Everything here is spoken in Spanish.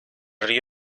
río